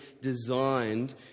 designed